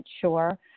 sure